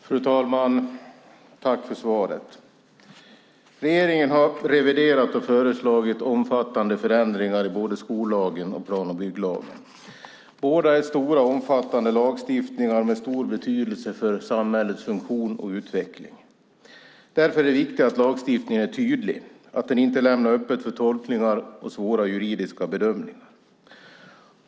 Fru talman! Jag tackar för svaret. Regeringen har reviderat och föreslagit omfattande förändringar i både skollagen och plan och bygglagen. Båda är stora och omfattande lagstiftningar med stor betydelse för samhällets funktion och utveckling. Därför är det viktigt att lagstiftningen är tydlig och att den inte lämnar öppet för tolkningar och svåra juridiska bedömningar.